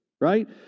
right